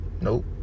Nope